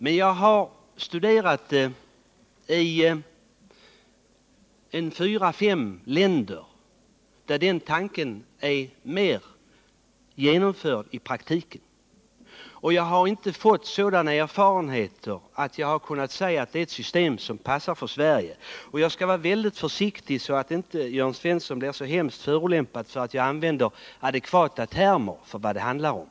Men jag har studerat förhållandena i fyra fem länder där den här idén i större utsträckning är genomförd i praktiken. Jag har inte fått sådana erfarenheter att jag kan säga att detta är ett system som passar för Sverige. Jag skall vara försiktig så att inte Jörn Svensson blir så hemskt förolämpad över att jag använder adekvata termer för vad det handlar om.